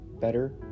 better